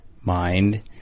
mind